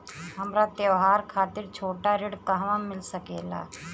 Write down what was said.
हमरा त्योहार खातिर छोटा ऋण कहवा मिल सकेला?